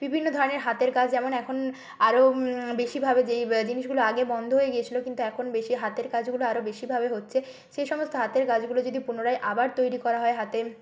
বিভিন্ন ধরনের হাতের কাজ যেমন এখন আরও বেশিভাবে যেই জিনিসগুলো আগে বন্ধ হয়ে গিয়েছিল কিন্তু এখন বেশি হাতের কাজগুলো আরও বেশিভাবে হচ্ছে সেই সমস্ত হাতের কাজগুলো যদি পুনরায় আবার তৈরি করা হয় হাতে